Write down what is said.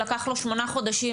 לקח לו שמונה חודשים,